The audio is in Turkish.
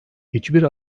hiçbir